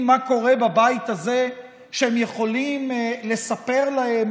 מה קורה בבית הזה שהם יכולים לספר להם,